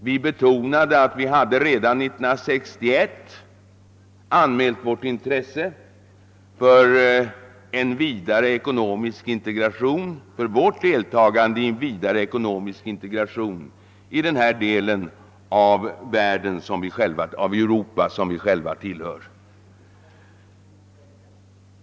Vi betonade att vi redan 1961 hade anmält vårt intresse för deltagande i en vidare ekonomisk integration i den del av Europa som vi själva tillhör.